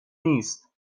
نیست